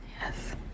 Yes